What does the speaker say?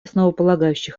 основополагающий